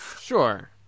Sure